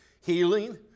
healing